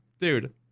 dude